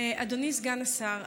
אדוני סגן השר,